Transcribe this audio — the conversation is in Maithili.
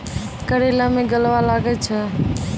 करेला मैं गलवा लागे छ?